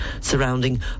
surrounding